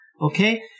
Okay